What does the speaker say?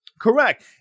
Correct